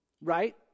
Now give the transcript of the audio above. Right